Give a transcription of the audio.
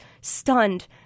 stunned